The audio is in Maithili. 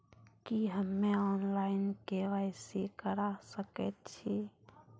की हम्मे ऑनलाइन, के.वाई.सी करा सकैत छी?